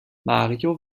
mario